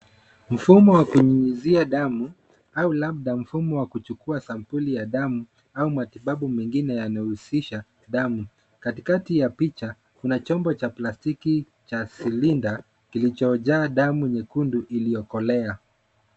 Mfumo wa kunyunyizia damu au labda mfumo wa kuchukua sampuli ya damu au matibabu mengine yanayohusisha damu. Katikati ya picha kuna chombo cha plastiki cha silinda kilichojaa damu nyekundu iliyokolea.